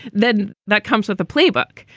then that comes with a playbook.